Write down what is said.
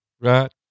right